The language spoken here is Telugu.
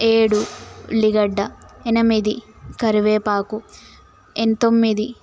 ఏడు ఉల్లిగడ్డ ఎనిమిది కరివేపాకు అండ్ తొమ్మిది